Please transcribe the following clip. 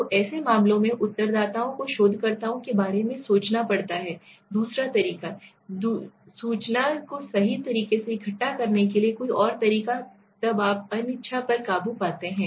तो ऐसे मामलों में उत्तरदाताओं को शोधकर्ताओं के बारे में सोचना पड़ता है दूसरा तरीका सूचना को सही तरीके से इकट्ठा करने का कोई और तरीका तब आप अनिच्छा पर काबू पाते हैं